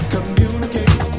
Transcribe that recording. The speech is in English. Communicate